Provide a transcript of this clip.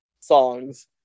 songs